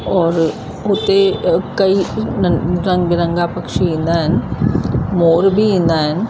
और हुते कई नंढ रंग बिरंगा पक्षी ईंदा आहिनि मोर बि ईंदा आहिनि